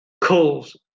calls